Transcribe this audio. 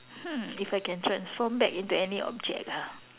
hmm if I can transform back into any object ah